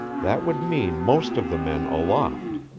that would mean most of the men aloft.